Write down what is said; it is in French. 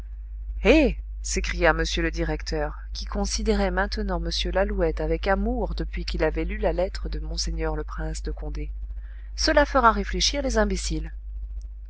eh s'écria m le directeur qui considérait maintenant m lalouette avec amour depuis qu'il avait lu la lettre de monseigneur le prince de condé cela fera réfléchir les imbéciles